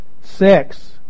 Six